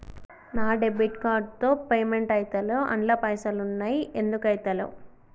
నా debit card తో payment ఐతలేవ్ అండ్ల పైసల్ ఉన్నయి ఎందుకు ఐతలేవ్?